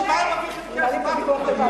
בשביל מה הם מרוויחים כסף,